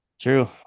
true